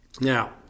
Now